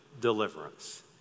deliverance